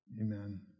Amen